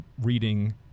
reading